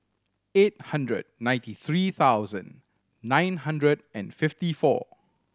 eight hundred ninety three thousand nine hundred and fifty four